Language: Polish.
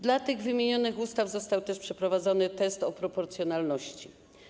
Dla tych wymienionych ustaw został też przeprowadzony test o proporcjonalności.